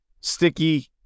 sticky